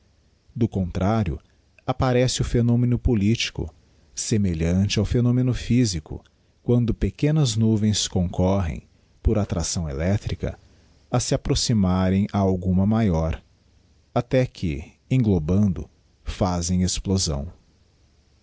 do contrario apparece o phenomeno politico semelhante ao phenomeno physico quando pequenas nuvens concorrem por attracção eléctrica a se approximarem a alguma maior até que englobando fazem explosão